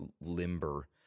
limber